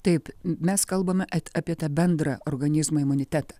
taip mes kalbame apie tą bendrą organizmo imunitetą